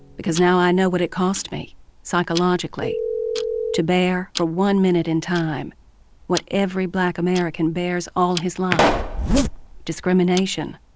because now i know what it cost me psychologically to bear for one minute in time what every black american bears all his life discrimination,